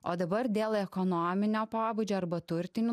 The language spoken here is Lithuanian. o dabar dėl ekonominio pobūdžio arba turtinių